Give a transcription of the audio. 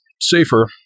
safer